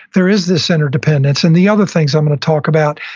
there is this interdependence. and the other things i'm going to talk about,